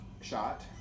shot